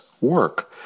work